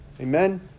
Amen